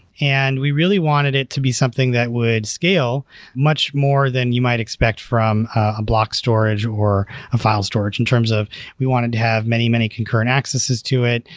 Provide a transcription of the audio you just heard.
and we really wanted it to be something that would scale much more than you might expect from a block storage or a file storage in terms of we wanted to have many, many concurrent accesses to it.